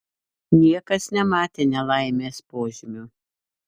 niekas nematė nelaimės požymių